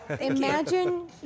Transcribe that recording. Imagine